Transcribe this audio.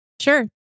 sure